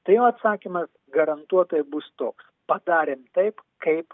tai jo atsakymas garantuotai bus toks padarėm taip kaip